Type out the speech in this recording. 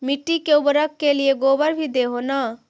मिट्टी के उर्बरक के लिये गोबर भी दे हो न?